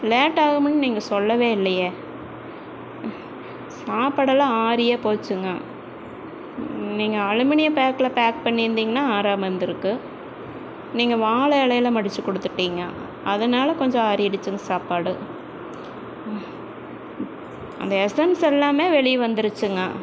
லேட்டாகும்ன்னு நீங்கள் சொல்லவே இல்லையே சாப்பாடெல்லாம் ஆறியேப் போச்சுங்க நீங்கள் அலுமினிய பேக்கில் பேக் பண்ணியிருந்திங்கன்னா ஆறாமல் இருந்திருக்கும் நீங்கள் வாழை இலையில மடித்துக் கொடுத்துட்டீங்க அதனால கொஞ்சம் ஆறிடுச்சுங்க சாப்பாடு அந்த எசென்ஸ் எல்லாமே வெளியே வந்துருச்சுங்க